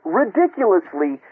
ridiculously